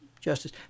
Justice